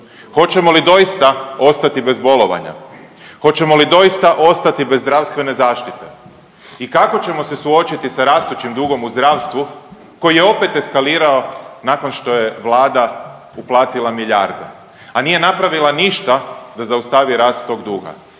Hoćemo li doista ostati bez bolovanja? Hoćemo li doista ostati bez zdravstvene zaštite? I kako ćemo se suočiti sa rastućim dugom u zdravstvu koji je opet eskalirao nakon što je Vlada uplatila milijarde, a nije napravila ništa da zaustavi rast tog duga.